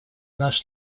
наш